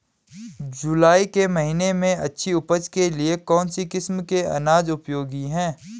जुलाई के महीने में अच्छी उपज के लिए कौन सी किस्म के अनाज उपयोगी हैं?